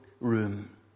room